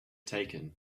taken